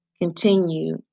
continue